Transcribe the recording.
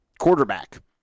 Quarterback